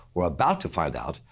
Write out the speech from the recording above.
we're about to find out,